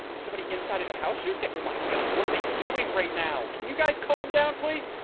somebody inside the house you think? oh my gus. what are they doing right now? can you guys calm down, please?